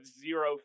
zero